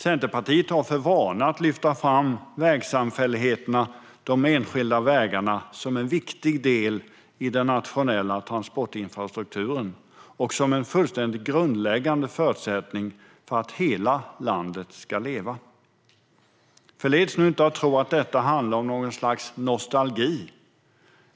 Centerpartiet har för vana att lyfta fram vägsamfälligheterna, de enskilda vägarna, som en viktig del i den nationella transportinfrastrukturen och som en fullständigt grundläggande förutsättning för att hela landet ska leva. Förleds nu inte att tro att detta handlar om något slags nostalgi.